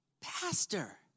Pastor